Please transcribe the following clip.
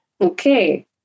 Okay